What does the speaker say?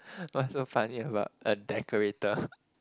what's so funny about a decorator